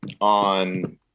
on